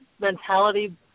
mentality